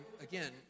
again